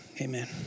amen